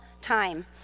time